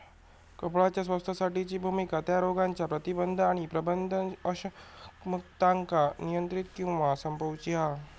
कळपाच्या स्वास्थ्यासाठीची भुमिका त्या रोगांच्या प्रतिबंध आणि प्रबंधन अक्षमतांका नियंत्रित किंवा संपवूची हा